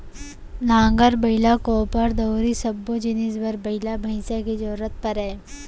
नांगर, बइला, कोपर, दउंरी सब्बो जिनिस बर बइला भईंसा के जरूरत परय